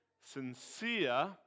sincere